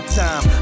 time